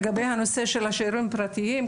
לגבי הנושא של שיעורים פרטיים,